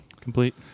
complete